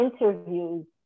interviews